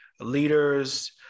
leaders